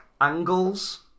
Angles